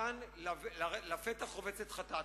כאן לפתח רובץ חטאת.